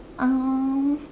um